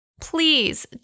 Please